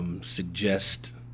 Suggest